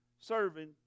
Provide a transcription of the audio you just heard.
serving